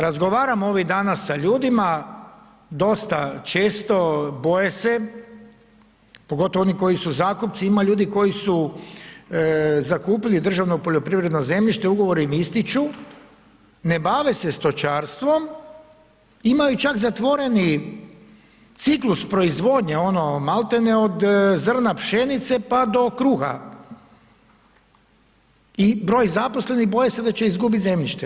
Razgovaram ovih dana s ljudima dosta često, boje se, pogotovo oni koji su zakupci, ima ljudi koji su zakupili državno poljoprivredno zemljište, ugovori im ističu, ne bave se stočarstvom, imaju čak zatvoreni ciklus proizvodnje ono maltene od zrna pšenice pa do kruha i broj zaposlenih boje se da će izgubiti zemljište.